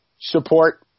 support